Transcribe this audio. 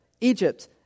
Egypt